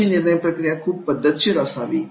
अशी निर्णय प्रक्रिया खूप पद्धतशीर असावी